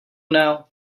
now